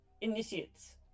Initiates